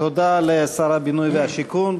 תודה לשר הבינוי והשיכון,